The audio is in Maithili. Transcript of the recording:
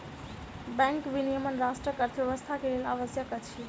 बैंक विनियमन राष्ट्रक अर्थव्यवस्था के लेल आवश्यक अछि